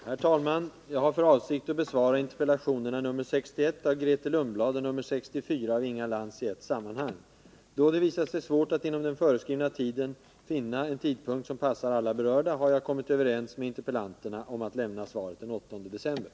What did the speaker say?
Herr talman! Jag har för avsikt att besvara interpellationerna nr 61 av Grethe Lundblad och 64 av Inga Lantz i ett sammanhang. Då det visat sig svårt att inom den föreskrivna tiden finna en tidpunkt som passar alla berörda har jag kommit överens med interpellanterna om att lämna svaret den 8 december.